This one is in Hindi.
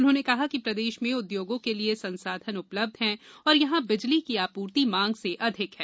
उन्होंने कहा कि प्रदेश में उद्योगों के लिए संसाधन उपलब्ध है और यहां बिजली की आपूर्ति मांग से अधिक है